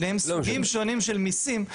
שניהם סוגים שונים של מיסים.